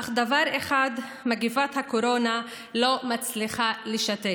אך דבר אחד מגפת הקורונה לא מצליחה לשתק: